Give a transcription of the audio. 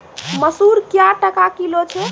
मसूर क्या टका किलो छ?